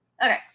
Okay